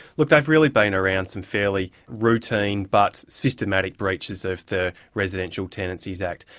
look, they've really been around some fairly routine, but systematic breaches of the residential tenancies act.